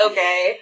Okay